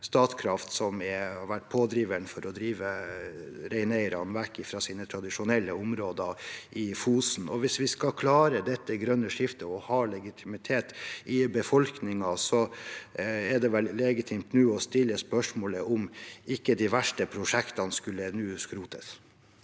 Statkraft være pådriver for å drive reineierne vekk fra sine tradisjonelle områder i Fosen. Hvis vi skal klare det grønne skiftet og ha legitimitet i befolkningen, er det vel legitimt å stille spørsmålet om ikke de verste prosjektene nå bør skrotes.